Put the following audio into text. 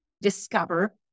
discover